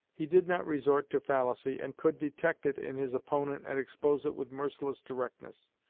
he did not resort to fallacy, and could detect it in his opponent and expose it with merciless directness.